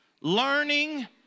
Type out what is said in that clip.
learning